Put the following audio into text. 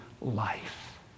life